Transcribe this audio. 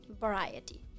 Variety